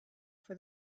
for